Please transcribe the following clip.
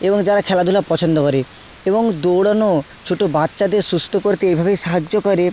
এবং যারা খেলাধুলা পছন্দ করে এবং দৌড়ানো ছোটো বাচ্চাদের সুস্থ করতে এভাবেই সাহায্য করে